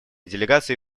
делегации